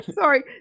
Sorry